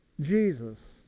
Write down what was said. Jesus